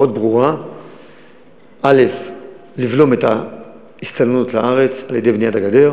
וברוך השם אני חושב שבהתנהלות מאוד מהירה,